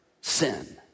sin